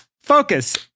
focus